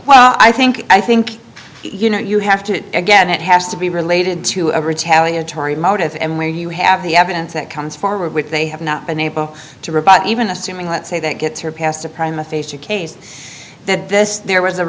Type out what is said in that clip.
why i think i think you know you have to again it has to be related to a retaliatory motive and where you have the evidence that comes forward with they have not been able to rebut even assuming that say that gets her past a prime aphasia case that this there was a